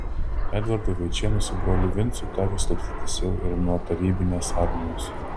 edvardui vaičėnui su broliu vincu teko slapstytis jau ir nuo tarybinės armijos